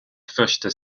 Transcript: första